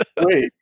Wait